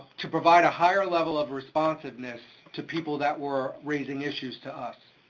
to provide a higher level of responsiveness to people that were raising issues to us.